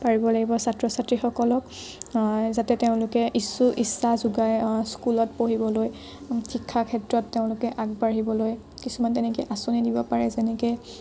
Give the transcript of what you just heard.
পাৰিব লাগিব ছাত্ৰ ছাত্ৰীসকলক যাতে তেওঁলোকে ইছু ইচ্ছা যোগায় স্কুলত পঢ়িবলৈ শিক্ষাৰ ক্ষেত্ৰত তেওঁলোকে আগবাঢ়িবলৈ কিছুমান তেনেকৈ আঁচনি দিব পাৰে যেনেকৈ